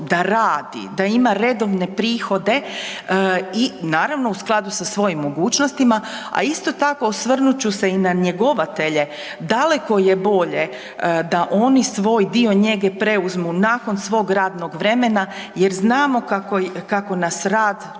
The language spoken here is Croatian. da radi, da ima redovne prihode i naravno u skladu sa svojim mogućnosti, a isto tako osvrnut ću se i na njegovatelje. Daleko je bolje da oni svoj dio njege preuzmu nakon svog radnog vremena jer znamo kako nas rad čini